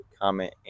comment